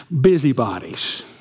busybodies